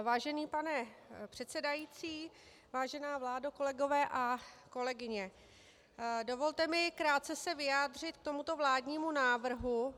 Vážený pane předsedající, vážená vládo, kolegové a kolegyně, dovolte mi krátce se vyjádřit k tomuto vládnímu návrhu.